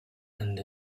end